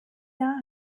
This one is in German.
jahr